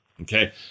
Okay